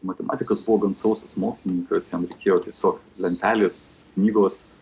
matematikas buvo gan sausas mokslininkas jam reikėjo tiesiog lentelės knygos